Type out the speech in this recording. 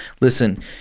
Listen